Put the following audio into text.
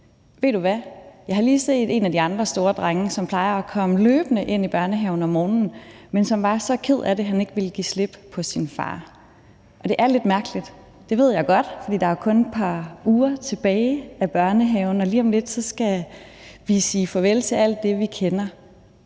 Ved du hvad, jeg har lige set en af de andre store drenge, som plejer at komme løbende ind i børnehaven om morgenen, være så ked af det, at han ikke ville give slip på sin far. Det er lidt mærkeligt – det ved jeg godt – for der er kun et par uger tilbage af børnehaven, og lige om lidt skal vi sige farvel til alt det, vi kender.